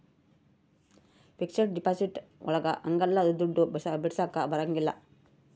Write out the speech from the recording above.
fixed deposit ಒಳಗ ಅಗ್ಲಲ್ಲ ದುಡ್ಡು ಬಿಡಿಸಕ ಬರಂಗಿಲ್ಲ